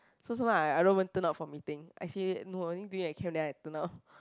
so sometimes I I don't even turn up for meeting actually no the only thing it came then I turned down